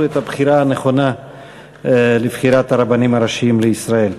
אני מקווה שהם יעשו את הבחירה הנכונה לבחירת הרבנים הראשיים לישראל.